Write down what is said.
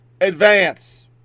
Advance